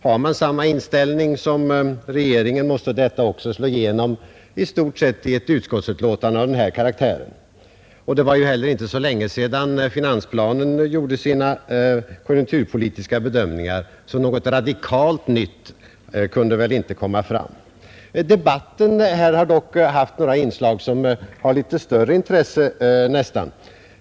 Har man samma politiska inställning som regeringen, måste det också i stort sett slå igenom i ett utskottsbetänkande av denna karaktär. Det var ju inte heller så länge sedan finansplanen med sina konjunkturpolitiska bedömningar lades fram. Något radikalt nytt kunde väl därför inte komma fram. Den debatt som här förts har väl haft några inslag som varit av större intresse.